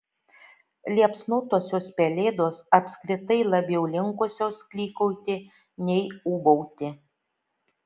liepsnotosios pelėdos apskritai labiau linkusios klykauti nei ūbauti